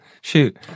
shoot